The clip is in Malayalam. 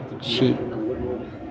പക്ഷി